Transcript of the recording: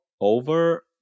over